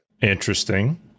Interesting